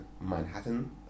Manhattan